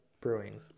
Brewing